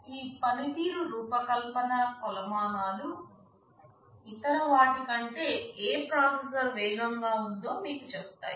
ఈ పనితీరు రూపకల్పన కొలమానాలు ఇతర వాటి కంటే ఏ ప్రాసెసర్ వేగంగా ఉందో మీకు చెప్తాయి